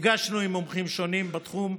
נפגשנו עם מומחים שונים בתחום,